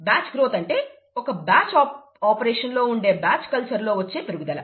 batch growth అంటే ఒక batch operation లో ఉండే బ్యాచ్ కల్చర్ లో వచ్చే పెరుగుదల